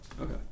Okay